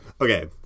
Okay